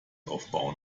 aufbauen